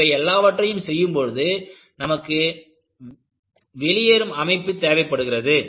இவை எல்லாவற்றையும் செய்யும்பொழுது நமக்கு வெளியே அமைப்பை தேவைப்படுகிறது